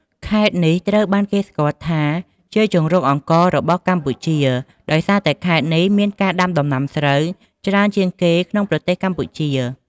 ខេត្តនេះត្រូវបានគេស្គាល់ថាជា ជង្រុកអង្ករ របស់កម្ពុជា ដោយសារតែខេត្តនេះមានការដាំដំណាំស្រូវច្រើនជាងគេក្នុងប្រទេសកម្ពុជា។